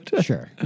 Sure